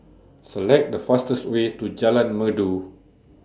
Select The fastest Way to Jalan Merdu